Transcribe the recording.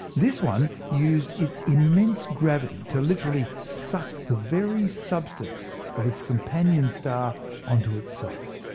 this one used its immense gravity to literally suck the very substance of its companion star onto itself.